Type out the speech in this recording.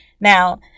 Now